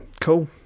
Cool